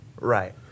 Right